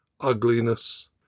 ugliness